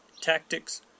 tactics